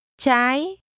Trái